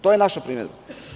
To je naša primedba.